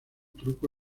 truco